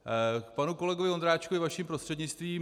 K panu kolegovi Ondráčkovi vaším prostřednictvím.